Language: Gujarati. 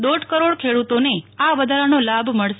દોઢ કરોડ ખેડૂતોને આ વધારાનો લાભ મળશે